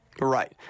Right